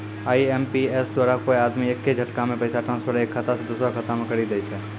IMPS द्वारा कोय आदमी एक्के झटकामे पैसा ट्रांसफर एक खाता से दुसरो खाता मे करी दै छै